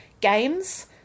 games